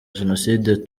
jenoside